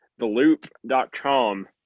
theloop.com